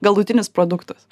galutinis produktas